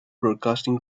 broadcasting